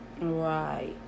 right